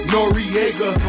Noriega